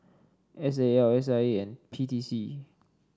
S A L S I A and P T C